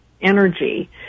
energy